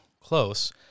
Close